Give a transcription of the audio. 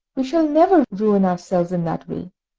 we shall never ruin ourselves in that way!